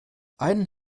einen